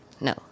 no